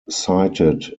cited